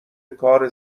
کار